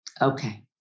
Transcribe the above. okay